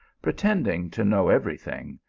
pretending to know every thing,